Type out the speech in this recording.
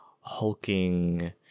hulking